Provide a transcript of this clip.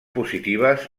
positives